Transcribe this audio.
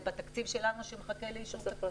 זה בתקציב שלנו שמחכה לאישור תקציב.